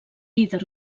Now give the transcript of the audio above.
líder